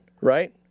right